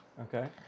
Okay